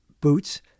boots